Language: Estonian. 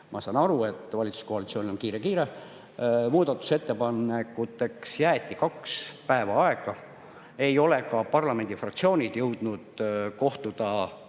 Ma saan aru, et valitsuskoalitsioonil on kiire-kiire. Muudatusettepanekuteks jäeti kaks päeva aega. Ei ole ka parlamendifraktsioonid jõudnud kohtuda